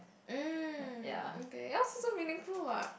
mm okay yours also meaningful what